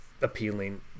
appealing